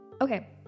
Okay